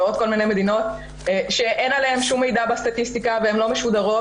ועוד כל מיני מדינות שאין עליהן שום מידע בסטטיסטיקה והן לא משודרות,